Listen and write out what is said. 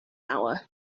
hour